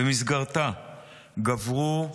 ובמסגרתה גברו האלימות,